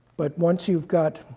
but once you've got